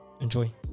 enjoy